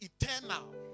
eternal